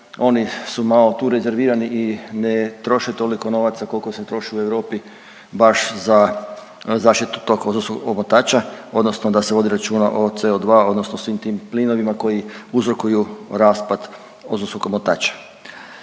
Oni su malo tu rezervirani i ne troše toliko novaca koliko se troši u Europi baš za zaštitu to ozonskog omotača, odnosno da se vodi računa o CO2, odnosno svim tim plinovima koji uzrokuju raspad ozonskog omotača.